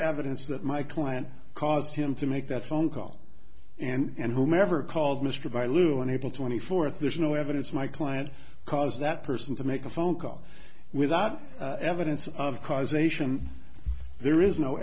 evidence that my client caused him to make that phone call and whomever called mr by lou unable to any fourth there's no evidence my client caused that person to make a phone call without evidence of causation there is no